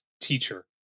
teacher